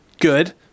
good